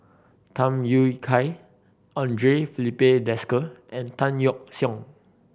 Tham Yui Kai Andre Filipe Desker and Tan Yeok Seong